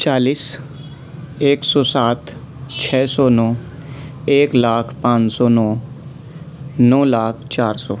چالیس ایک سو سات چھ سو نو ایک لاکھ پانچ سو نو نو لاکھ چار سو